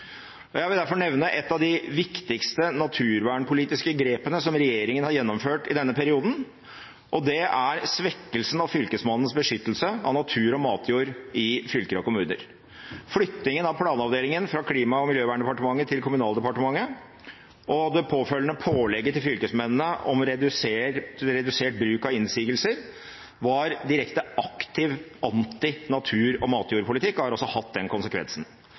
verdier. Jeg vil derfor nevne et av de viktigste naturvernpolitiske grepene som regjeringen har gjennomført i denne perioden, og det er svekkelsen av Fylkesmannens beskyttelse av natur og matjord i fylker og kommuner. Flyttingen av planavdelingen fra Klima- og miljøverndepartementet til Kommunaldepartementet, og det påfølgende pålegget til fylkesmennene om redusert bruk av innsigelser, var direkte aktiv anti-natur- og anti-matjordpolitikk, og har også hatt den konsekvensen.